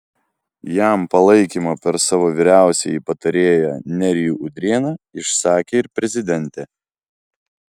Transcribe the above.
jam palaikymą per savo vyriausiąjį patarėją nerijų udrėną išsakė ir prezidentė